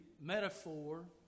metaphor